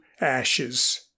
ashes